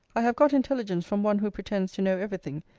i have got intelligence from one who pretends to know every thing,